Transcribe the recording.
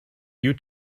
you